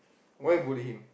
why you bully him